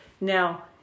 Now